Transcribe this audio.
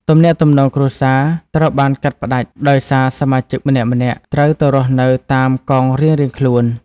ទំនាក់ទំនងគ្រួសារត្រូវបានកាត់ផ្តាច់ ដោយសារសមាជិកម្នាក់ៗត្រូវទៅរស់នៅតាមកងរៀងៗខ្លួន។